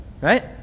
right